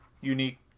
unique